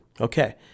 Okay